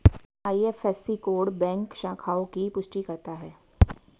IFSC code bank शाखाओं की पुष्टि करता है